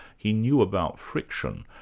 he knew about friction,